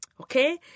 Okay